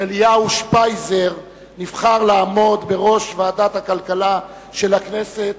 כשאליהו שפייזר נבחר לעמוד בראש ועדת הכלכלה של הכנסת,